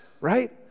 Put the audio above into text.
right